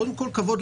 קודם כל לכנסת